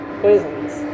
poisons